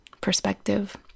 perspective